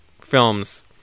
films